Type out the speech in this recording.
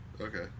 Okay